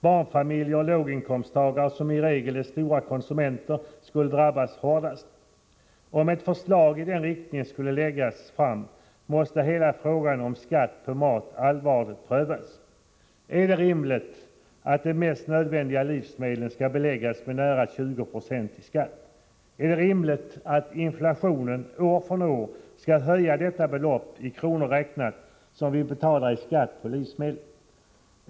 Barnfamiljer och låginkomsttagare — som i regel är stora konsumenter — skulle drabbas hårdast. Om ett förslag i denna riktning skulle läggas fram, måste hela frågan om skatt på mat allvarligt prövas. Är det rimligt att de mest nödvändiga livsmedlen skall beläggas med nära 20 9 i skatt? Är det rimligt att inflationen år från år skall höja det belopp — i kronor räknat — som vi betalar i skatt på livsmedel?